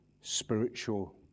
spiritual